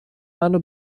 منو